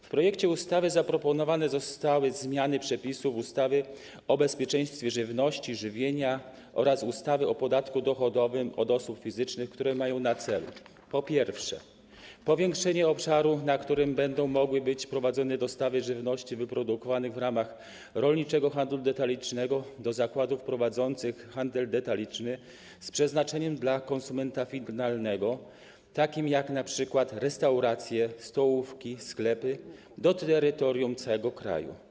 W projekcie ustawy zaproponowane zostały zmiany przepisów ustawy o bezpieczeństwie żywności i żywienia oraz ustawy o podatku dochodowym od osób fizycznych, które mają na celu, po pierwsze, powiększenie obszaru, na którym będą mogły być prowadzone dostawy żywności wyprodukowanej w ramach rolniczego handlu detalicznego do zakładów prowadzących handel detaliczny z przeznaczeniem dla konsumenta finalnego, takich jak np. restauracje, stołówki, sklepy - do terytorium całego kraju.